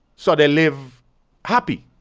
so they live happy.